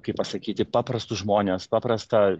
kaip pasakyti paprastus žmones paprastą